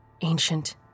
ancient